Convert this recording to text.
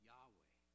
Yahweh